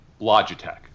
Logitech